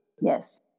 Yes